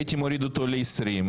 הייתי מוריד אותו ל-20.